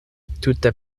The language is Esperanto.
tute